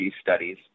studies